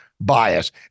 bias